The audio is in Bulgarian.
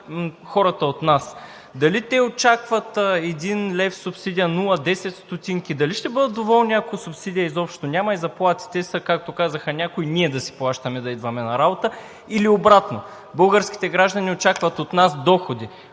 хората от нас? Дали те очакват 1,00 лв. субсидия, 0,10 лв., дали ще бъдат доволни, ако субсидия изобщо няма и заплатите са, както казаха някои – ние да си плащаме да идваме на работа, или обратно? Българските граждани очакват от нас доходи,